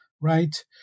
Right